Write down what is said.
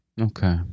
okay